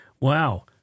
Wow